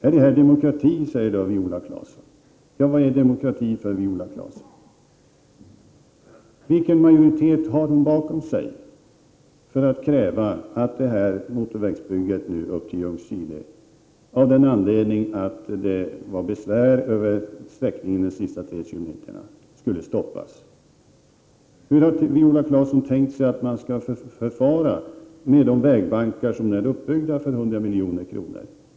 Är det här demokrati, frågade Viola Claesson. Ja, vad är demokrati för Viola Claesson? Vilken majoritet har Viola Claesson bakom sig för att kräva att motorvägsbygget i Ljungskile skall stoppas av den anledningen att det har inkommit besvär över sträckningen de sista tre kilometerna? Hur har Viola Claesson tänkt sig att man skall förfara med de vägbankar som har byggts upp för 100 milj.kr.?